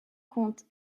compte